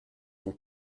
son